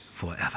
forever